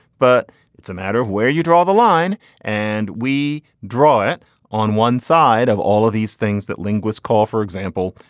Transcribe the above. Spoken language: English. but it's a matter of where you draw the line and we draw it on one side of all of these things that linguists call, for example,